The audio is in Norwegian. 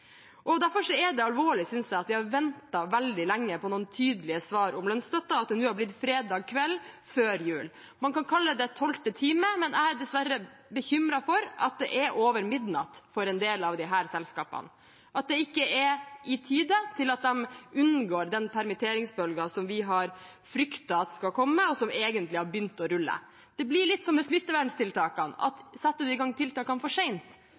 Derfor er det alvorlig, synes jeg, at vi har ventet veldig lenge på noen tydelige svar om lønnsstøtte, at det nå har blitt fredag kveld før jul. Man kan kalle det tolvte time, men jeg er dessverre bekymret for at det er over midnatt for en del av disse selskapene, at det ikke er i tide til at de unngår den permitteringsbølgen som vi har fryktet skal komme, og som egentlig har begynt å rulle. Det blir litt som med smittevernstiltakene, at setter en i gang